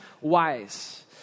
wise